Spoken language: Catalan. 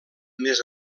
més